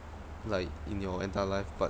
like in your entire life but